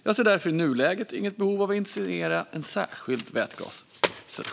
Jag ser därför i nuläget inget behov av att initiera en särskild vätgasstrategi.